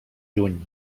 juny